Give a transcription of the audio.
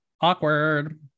Awkward